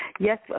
Yes